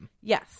Yes